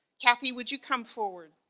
cathy would you come forward.